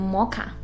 Mocha